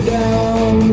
down